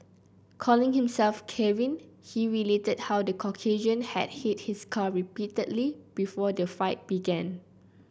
calling himself Kevin he related how the Caucasian had hit his car repeatedly before the fight began